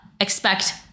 expect